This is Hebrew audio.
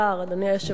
אדוני היושב-ראש,